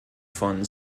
von